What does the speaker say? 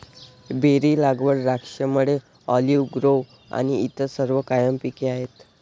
berry लागवड, द्राक्षमळे, olive grove आणि इतर सर्व कायम पिके आहेत